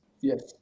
Yes